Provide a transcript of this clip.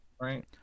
right